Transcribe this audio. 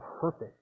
perfect